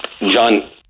John